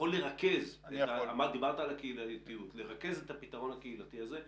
ייקחו לו את 300,000 שקל האלה שחייבים לו.